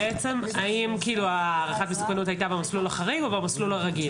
בעצם האם הערכת המסוכנות הייתה במסלול החריג או במסלול הרגיל.